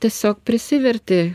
tiesiog prisiverti